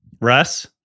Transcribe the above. russ